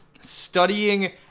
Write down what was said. studying